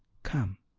come.